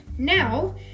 now